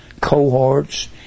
cohorts